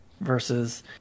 versus